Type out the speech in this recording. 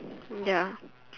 ya